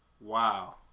Wow